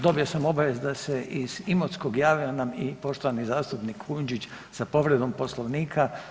Dobio sam obavijest da se i iz Imotskog javila nam i poštovani zastupnik Kujundžić sa povredom Poslovnika.